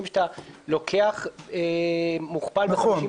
שאתה לוקח מוכפל בחודשים --- נכון,